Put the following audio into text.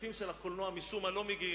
הכספים של הקולנוע משום מה לא מגיעים,